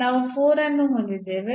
ನಾವು 4 ಅನ್ನು ಹೊಂದಿದ್ದೇವೆ